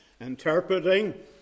Interpreting